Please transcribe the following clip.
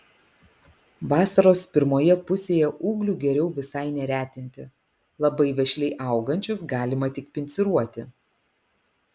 vasaros pirmoje pusėje ūglių geriau visai neretinti labai vešliai augančius galima tik pinciruoti